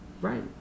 Right